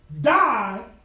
Die